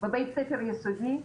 בבית ספר יסודי,